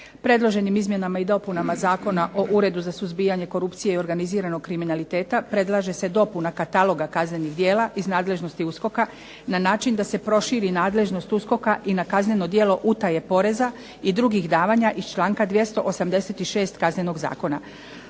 Predloženim izmjenama i dopunama Zakona o uredu za suzbijanje korupcije i organiziranog kriminaliteta, predlaže se popuna kataloga kaznenih djela iz nadležnosti ureda, na način da se proširi nadležnost ureda i na kazneno djelo utaje poreza i drugih davanja iz članka 286. Kaznenog zakona,